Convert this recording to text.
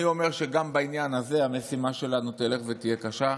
אני אומר שגם בעניין הזה המשימה שלנו תלך ותהיה קשה.